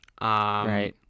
right